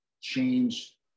change